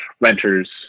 renters